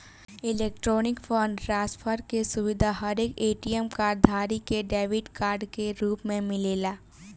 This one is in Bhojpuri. इलेक्ट्रॉनिक फंड ट्रांसफर के सुविधा हरेक ए.टी.एम कार्ड धारी के डेबिट कार्ड के रूप में मिलेला